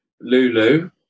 Lulu